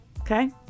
okay